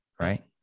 right